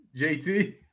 JT